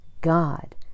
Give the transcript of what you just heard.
God